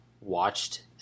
watched